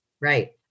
Right